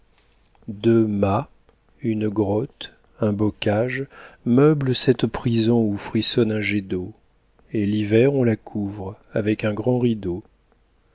mâts une grotte un bocage meublent cette prison où frissonne un jet d'eau et l'hiver on la couvre avec un grand rideau